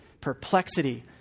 Perplexity